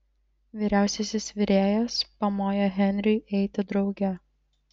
vyriausiasis virėjas pamojo henriui eiti drauge